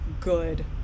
good